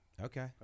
Okay